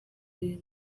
uyu